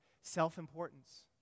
self-importance